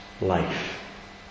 life